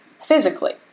physically